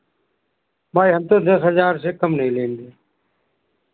भाई हम तो दस हज़ार से कम नहीं लेंगे